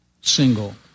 single